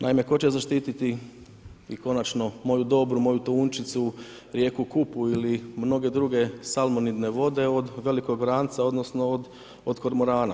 Naime, tko će zaštititi i konačno moju Dobru, moju Tončicu, rijeku Kupu ili mnoge druge salmonidne vode od velikog vranca odnosno od kormorana.